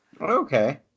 Okay